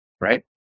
right